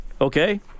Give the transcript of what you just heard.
Okay